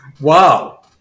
Wow